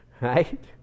right